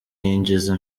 yinjiza